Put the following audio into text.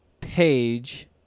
page